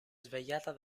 svegliata